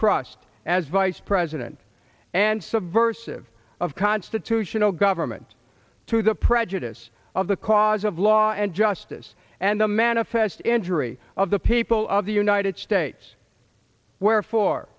trust as vice president and subversive of constitutional government to the prejudice of the cause of law and justice and the manifest injury of the people of the united states wherefor